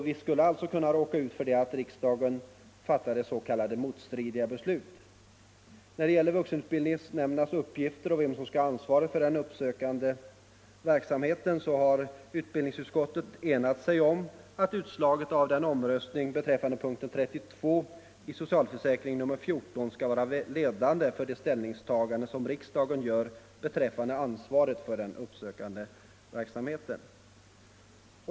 Vi skulle alltså kunna råka ut för att riksdagen fattar motstridiga beslut. När det gäller vuxenutbildningsnämndernas uppgifter och frågan om vem som skall ha ansvaret för den uppsökande verksamheten har utbildningsutskottet enat sig om att utslaget av omröstningen beträffande punkten 32 i socialförsäkringsutskottets betänkande nr 14 skall vara vägledande för riksdagens ställningstagande beträffande ansvaret för den uppsökande verksamheten.